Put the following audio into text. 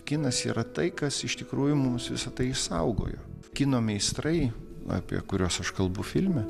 kinas yra tai kas iš tikrųjų mums visa tai išsaugojo kino meistrai apie kuriuos aš kalbu filme